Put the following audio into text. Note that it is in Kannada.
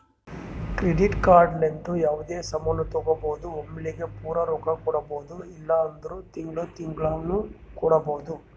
ಕ್ರೆಡಿಟ್ ಕಾರ್ಡ್ ಲಿಂತ ಯಾವ್ದೇ ಸಾಮಾನ್ ತಗೋಬೋದು ಒಮ್ಲಿಗೆ ಪೂರಾ ರೊಕ್ಕಾ ಕೊಡ್ಬೋದು ಇಲ್ಲ ಅಂದುರ್ ತಿಂಗಳಾ ತಿಂಗಳಾನು ಕೊಡ್ಬೋದು